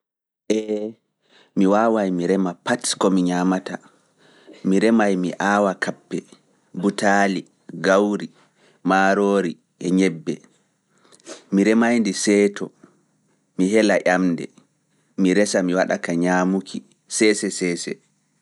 Ee, mi waaway mi reema pat ko mi ñaamata, mi reemaay mi aawa kappe, butaali, gawri, maaroori, e ñebbe, mi reemaay ndi seeɗto, mi hela ƴamde, mi resa mi waɗa ka ñaamuki, seese seese.